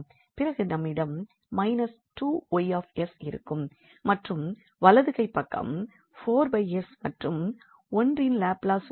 பிறகு நம்மிடம் −2𝑌𝑠இருக்கும் மற்றும் வலது கைப்பக்கம் 4s மற்றும் 1இன் லாப்லாஸ் 1s என்றும் இருக்கும்